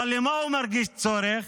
אבל במה הוא מרגיש צורך?